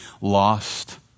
lost